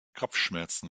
kopfschmerzen